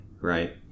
right